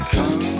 Come